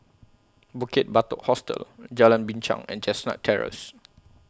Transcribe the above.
Bukit Batok Hostel Jalan Binchang and Chestnut Terrace